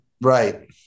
Right